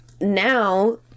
Now